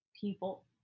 people